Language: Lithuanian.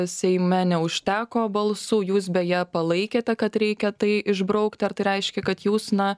seime neužteko balsų jūs beje palaikėte kad reikia tai išbraukti ar tai reiškia kad jūs na